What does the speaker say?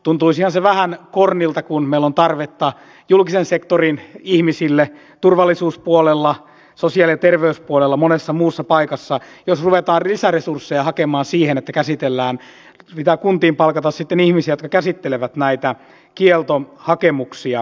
tuntuisihan se vähän kornilta kun meillä on tarvetta julkisen sektorin ihmisille turvallisuuspuolella sosiaali ja terveyspuolella ja monessa muussa paikassa jos ruvetaan lisäresursseja hakemaan siihen että käsitellään näitä ja pitää kuntiin palkata sitten ihmisiä jotka käsittelevät näitä kieltohakemuksia